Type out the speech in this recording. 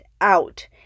out